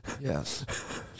Yes